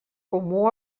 comú